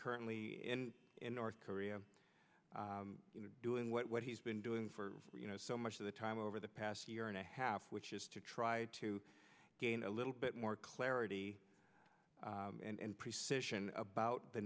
currently in north korea doing what he's been doing for you know so much of the time over the past year and a half which is to try to gain a little bit more clarity and precision about the